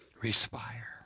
Respire